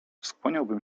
skłaniałabym